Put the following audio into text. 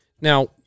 now